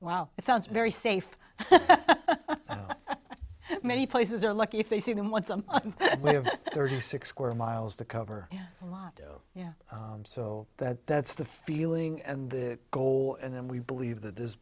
wow it sounds very safe many places are lucky if they see them once i'm thirty six square miles to cover a lot yeah so that that's the feeling and the goal and then we believe that this